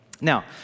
Now